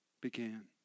began